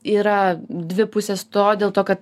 yra dvi pusės to dėl to kad